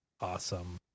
awesome